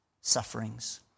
sufferings